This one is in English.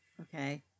Okay